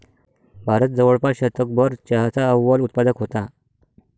भारत जवळपास शतकभर चहाचा अव्वल उत्पादक होता